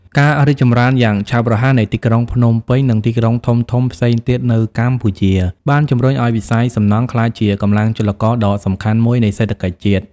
ការរីកចម្រើនយ៉ាងឆាប់រហ័សនៃទីក្រុងភ្នំពេញ និងទីក្រុងធំៗផ្សេងទៀតនៅកម្ពុជា បានជំរុញឱ្យវិស័យសំណង់ក្លាយជាកម្លាំងចលករដ៏សំខាន់មួយនៃសេដ្ឋកិច្ចជាតិ។